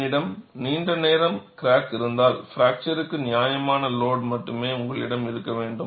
என்னிடம் நீண்ட நேரம் கிராக் இருந்தால் பிராக்சர்க்கு நியாயமான லோடு மட்டுமே உங்களிடம் இருக்க வேண்டும்